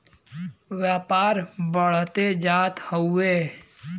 व्यापार बढ़ते जात हउवे